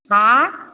हँ